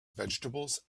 vegetables